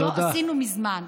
או לא עשינו מזמן.